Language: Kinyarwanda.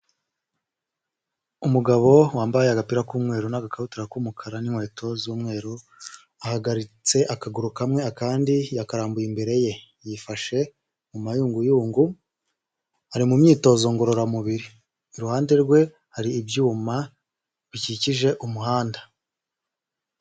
Umugabo wambaye agapira k'umweru n'agakabutura k'umukara n'inkweto z'umweru, ahagaritse akaguru kamwe akandi yakarambuye imbere ye, yifashe mu mayunguyungu ari mu myitozo ngororamubiri, iruhande rwe hari ibyuma bikikije umuhanda.